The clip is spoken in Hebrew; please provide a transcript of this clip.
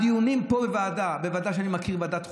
הדיונים פה בוועדת חוקה,